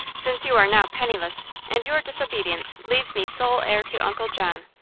since you are now penniless, and your disobedience leaves me sole heir to uncle john.